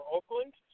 Oakland